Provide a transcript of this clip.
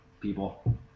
people